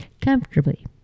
comfortably